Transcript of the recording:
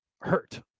hurt